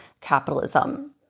capitalism